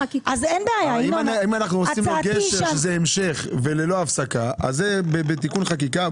אנחנו רוצים להביא את זה לפה, בתיקון חקיקה,